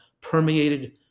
permeated